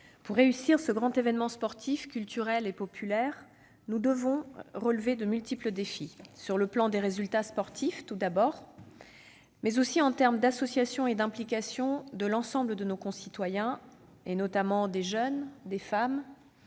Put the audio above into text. Pour réussir ce grand événement sportif, culturel et populaire, nous devons relever de multiples défis, bien sûr en termes de résultats sportifs, mais aussi d'association et d'implication de l'ensemble de nos concitoyens, notamment des jeunes, des femmes